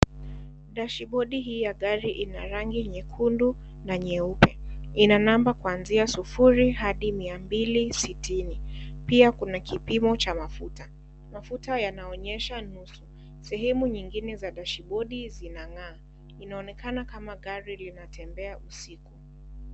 Dashibodi hii ya gari ina rangi nyekundu na nyeupe, ina namba kwanzia sufuri hadi mia mbili sitini, pia kuna kipimo cha mafuta, mafuta yanaonyesha nusu, sehemu nyingine za dashibodi zinang'aa, inaonekana kama gari linatembea usiku.